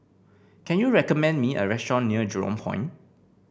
can you recommend me a restaurant near Jurong Point